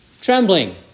trembling